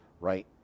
right